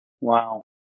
Wow